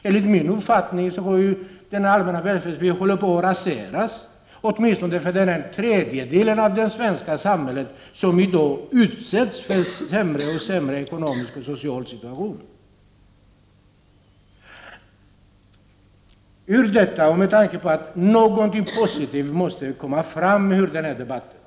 Enligt min uppfattning håller den allmänna välfärden på att raseras, åtminstone för den tredjedel av det svenska folket som i dag hamnar i en allt sämre ekonomisk och social situation. Något positivt måste komma fram ur den här debatten.